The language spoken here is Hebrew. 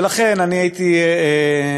ולכן, הייתי מצפה